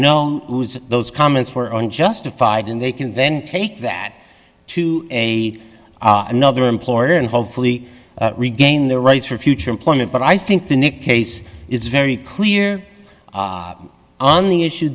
no those comments were unjustified and they can then take that to a another employer and hopefully regain their rights for future employment but i think the new case is very clear on the issue